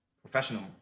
professional